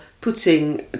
putting